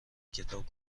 کتاب